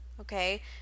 okay